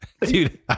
Dude